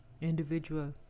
individual